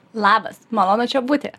labas malonu čia būti